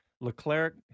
Leclerc